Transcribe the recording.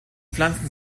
pflanzen